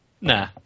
Nah